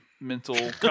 Mental